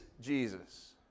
Jesus